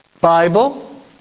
Bible